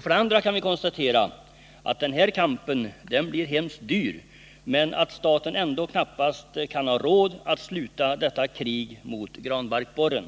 För det andra kan vi konstatera att den här kampen blir hemskt dyr men att staten ändå knappast kan ha råd att sluta detta krig mot granbarkborren.